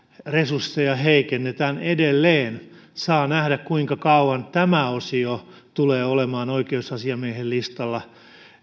resursseja heikennetään edelleen saa nähdä kuinka kauan tämä osio tulee olemaan oikeusasiamiehen listalla